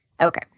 okay